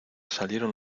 salieron